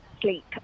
sleep